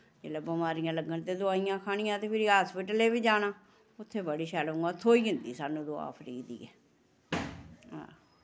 जिल्लै बमारियां लग्गन ते दोआइयां खानियां ते फिरी हास्पिटलें बी जाना उत्थै बड़ी शैल उ'आं थ्होई जंदी सानूं दोआ फ्री दी गै हां